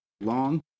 long